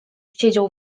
siedział